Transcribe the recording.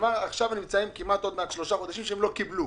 כלומר כבר כמעט שלושה חודשים הם לא קיבלו.